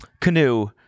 Canoe